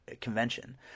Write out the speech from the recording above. convention